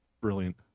Brilliant